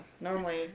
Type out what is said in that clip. Normally